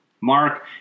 Mark